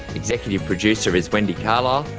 executive producer is wendy carlisle,